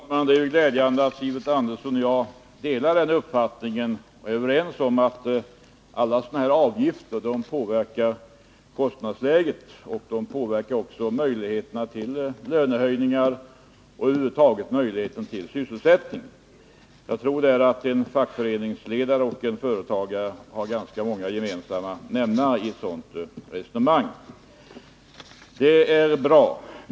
Herr talman! Det är glädjande att Sivert Andersson och jag delar den uppfattningen och är överens om att alla sådana avgifter påverkar kostnadsläget. De påverkar också möjligheterna till lönehöjningar och över huvud taget möjligheten till sysselsättning. Jag tror att resonemangen från en fackföreningsledare och en företagare har ganska många gemensamma nämnare i ett sådant här sammanhang. Det är bra.